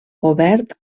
obert